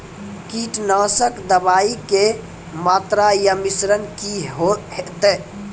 कीटनासक दवाई के मात्रा या मिश्रण की हेते?